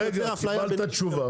שקיבלת תשובה.